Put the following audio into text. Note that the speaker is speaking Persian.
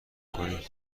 کنی